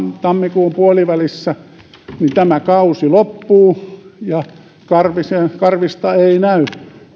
tammikuun puolivälissä että tämä kausi loppuu ja karhista ei näy